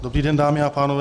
Dobrý den, dámy a pánové.